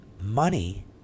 money